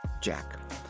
JACK